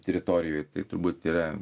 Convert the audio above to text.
teritorijoj tai turbūt yra